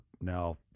now